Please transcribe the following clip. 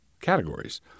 categories